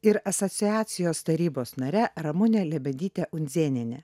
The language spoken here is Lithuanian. ir asociacijos tarybos nare ramune lebedyte undzėniene